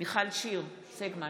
מיכל שיר סגמן,